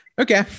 Okay